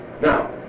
Now